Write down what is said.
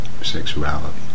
Sexuality